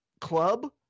club